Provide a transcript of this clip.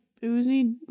boozy